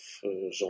Jean